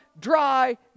dry